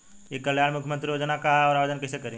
ई कल्याण मुख्यमंत्री योजना का है और आवेदन कईसे करी?